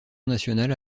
nationale